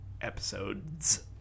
episodes